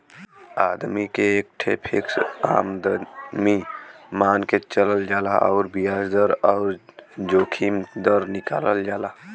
आदमी के एक ठे फ़िक्स आमदमी मान के चलल जाला अउर बियाज दर अउर जोखिम दर निकालल जाला